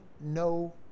no